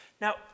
Now